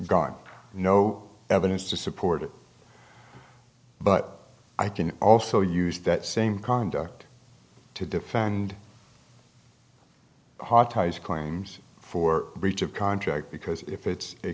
got no evidence to support it but i can also use that same conduct to defend hard ties claims for breach of contract because if it's a